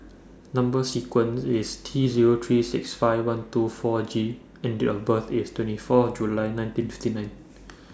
Number sequence IS T Zero three six five one two four G and Date of birth IS twenty four July nineteen fifty nine